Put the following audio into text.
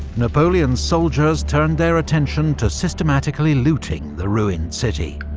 napoleon's soldiers turned their attention to systematically looting the ruined city,